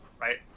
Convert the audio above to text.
right